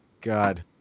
God